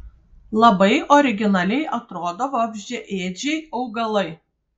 labai originaliai atrodo vabzdžiaėdžiai augalai